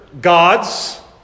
gods